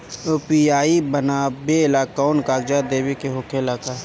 UPI बनावेला कौनो कागजात देवे के होखेला का?